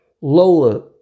Lola